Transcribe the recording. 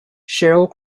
sheryl